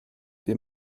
wir